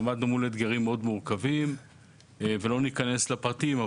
עמדנו מול אתגרים מאוד מורכבים ולא ניכנס לפרטים,